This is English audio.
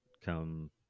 come